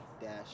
dash